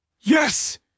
Yes